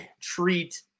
treat